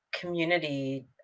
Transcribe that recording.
community